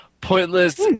pointless